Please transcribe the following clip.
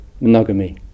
monogamy